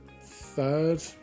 third